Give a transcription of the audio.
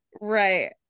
Right